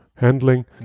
handling